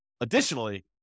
additionally